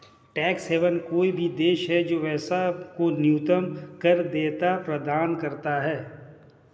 tax haven कोई भी देश है जो व्यवसाय को न्यूनतम कर देयता प्रदान करता है